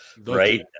Right